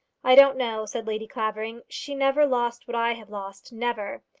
i don't know, said lady clavering. she never lost what i have lost never.